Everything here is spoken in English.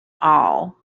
all